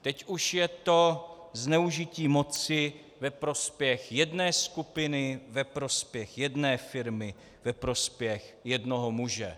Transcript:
Teď už je to zneužití moci ve prospěch jedné skupiny, ve prospěch jedné firmy, ve prospěch jednoho muže.